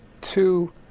two